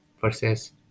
versus